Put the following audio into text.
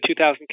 2000